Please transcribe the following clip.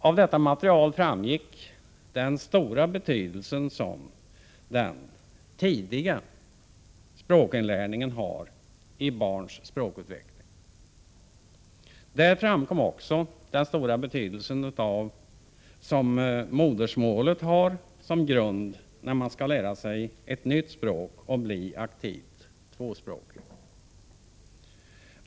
Av detta material framgick den stora betydelse som den tidiga språkinlärningen har i barns språkutveckling. Där framkom också den stora betydelse som modersmålet har som grund när man skall lära sig ett nytt språk och bli aktivt tvåspråkig.